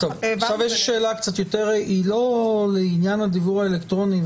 יש לי שאלה שהיא לא לעניין הדיוור האלקטרוני.